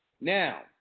Now